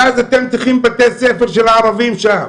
ואז אתם צריכים בתי ספר של ערבים שם,